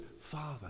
Father